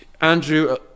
Andrew